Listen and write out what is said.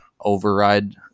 override